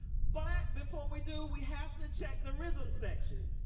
but before we do, we have to check the rhythm section.